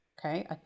Okay